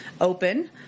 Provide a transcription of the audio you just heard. open